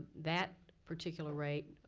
that particular rate,